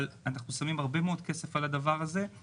אבל אנחנו שמים הרבה מאוד כסף על הדבר הזה.